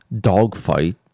dogfight